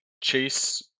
Chase